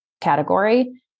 category